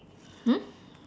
hmm